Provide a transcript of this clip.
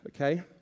okay